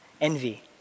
Envy